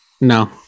No